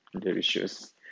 delicious